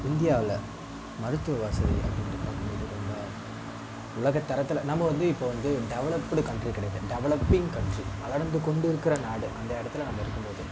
இந்தியாவில் மருத்துவ வசதி அப்படின்னு பார்க்கும்போது ரொம்ப உலகத்தரத்தில் நம்ம வந்து இப்போது வந்து டெவலப்டு கன்ட்ரி கிடையாது டெவலப்பிங் கன்ட்ரி வளர்ந்து கொண்டிருக்கிற நாடு அந்த இடத்துல நம்ம இருக்கும்போது